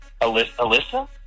Alyssa